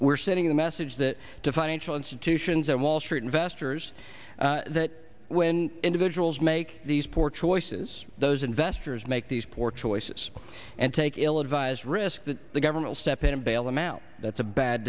we're sending the message that to financial institutions and wall street investors that when individuals make these poor choices those investors make these poor choices and take ill advised risk that the government step in and bail them out that's a bad